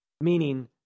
Meaning